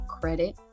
credit